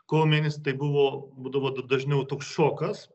kovo mėnesį tai buvo būdavo da dažniau toks šokas